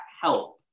help